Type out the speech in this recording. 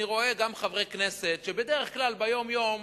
אני רואה גם חברי כנסת שבדרך כלל ביום-יום,